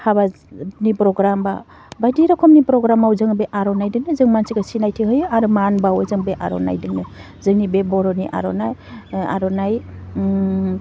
हाबा नि प्रग्राम बा बायदि रखमनि प्रग्रामाव जोङो बे आर'नाइदोंनो जों मानसिखौ सिनायथि होयो आरो मान बावो जों बे आर'नाइदोंनो जोंनि बे बर'नि आर'नाइ ओह आर'नाइ ओम